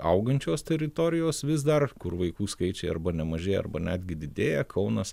augančios teritorijos vis dar kur vaikų skaičiai arba nemažėja arba netgi didėja kaunas